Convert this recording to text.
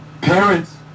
Parents